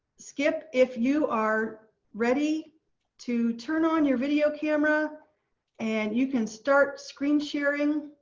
skip. if you are ready to turn on your video camera and you can start screen sharing